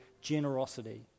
generosity